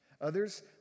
Others